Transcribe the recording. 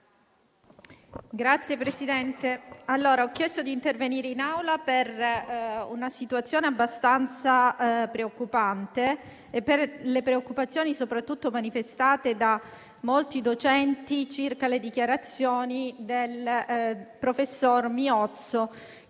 Signor Presidente, ho chiesto di intervenire in Aula per una situazione abbastanza preoccupante e per le preoccupazioni manifestate soprattutto da molti docenti circa le dichiarazioni del professor Miozzo, che